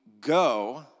go